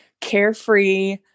carefree